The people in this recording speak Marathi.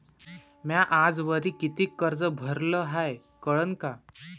म्या आजवरी कितीक कर्ज भरलं हाय कळन का?